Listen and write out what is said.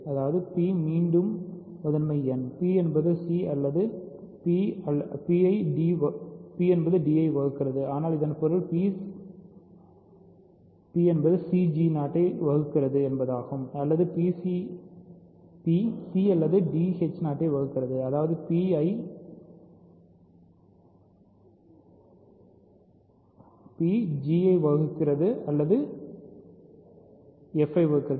அதாவது p மீண்டும் முதன்மை எண் p என்பது c அல்லது p ஐ d ஐ வகுக்கிறது ஆனால் இதன் பொருள் p c ஐ yவகுக்கிறது அல்லது p c அல்லது d ஐ வகுக்கிறது அதாவது p ஐ g அல்லது p வகுக்கிறது